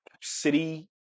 city